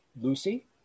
Lucy